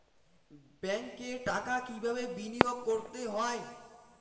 ব্যাংকে টাকা কিভাবে বিনোয়োগ করতে হয়?